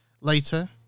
later